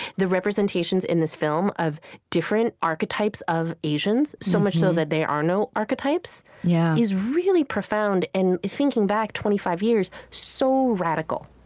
the representations in this film of different archetypes of asians, so much so that there are no archetypes, yeah is really profound and, thinking back twenty five years, so radical